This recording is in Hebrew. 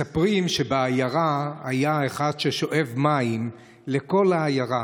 מספרים שבעיירה היה אחד ששואב מים לכל העיירה.